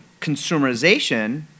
consumerization